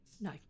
no